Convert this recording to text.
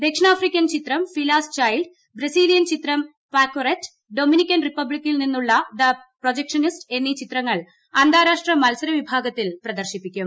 ദക്ഷിണാഫ്രിക്കൻ ചിത്രം Fela's child ബ്രസ്സീലിയൻ ചിത്രം പാക്വറ്റ് ഡൊമിനിക്കൻ റിപ്പബ്ലിക്കിൽ നിന്നുള്ള ദ പ്രൊജക്ഷനിസ്റ്റ് എന്നീ ചിത്രങ്ങൾ അന്താരാഷ്ട്ര മത്സര വിഭാഗത്തിൽ പ്രദർശിപ്പിക്കും